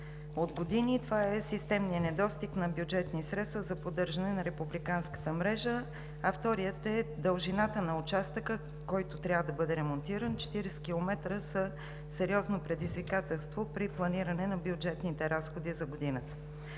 от години. Това е системният недостиг на бюджетни средства за поддържане на републиканската мрежа, а вторият е дължината на участъка, който трябва да бъде ремонтиран. Четиридесет километра са сериозно предизвикателство при планиране на бюджетните разходи за годината.